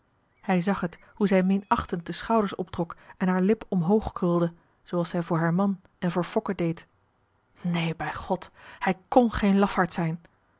hij zag t hoe zij minachtend de schouders optrok en haar lip omhoog krulde zooals zij voor haar man en voor fokke deed neen bij god hij kon geen lafaard zijn